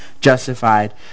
justified